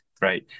Right